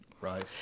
right